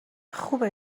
خوبه